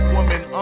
Woman